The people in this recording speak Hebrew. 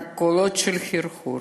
רק קולות של חרחור